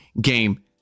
game